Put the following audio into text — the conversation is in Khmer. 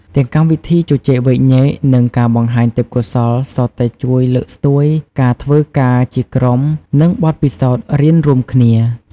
ទាំងកម្មវិធីជជែកវែកញែក និងការបង្ហាញទេពកោសល្យសុទ្ធតែជួយលើកស្ទួយការធ្វើការជាក្រុម និងបទពិសោធន៍រៀនរួមគ្នា។